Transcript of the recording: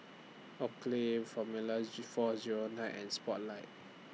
Oakley Formula Z four Zero nine and Spotlight